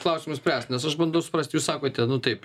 klausimus spręst nes aš bandau suprast jūs sakote nu taip